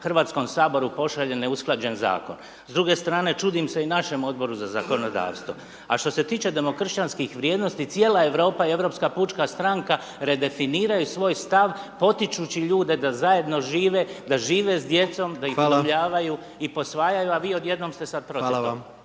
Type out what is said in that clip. Hrvatskom saboru pošalje neusklađen zakon. S druge strane čudim se i našem Odboru za zakonodavstvo. A što se tiče demokršćanskih vrijednosti cijela Europa i Europska pučka stranka redefiniraju svoj stav potičući ljude da zajedno žive, da žive s djecom …/Upadica: Hvala./… da ih udomljavaju i posvajaju, a vi odjednom ste sad protiv